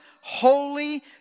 holy